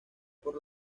por